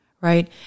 right